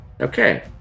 Okay